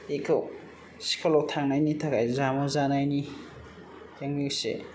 बेखौ स्कुलाव थांनायनि थाखाय जामु जानायनि जों इसे